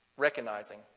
recognizing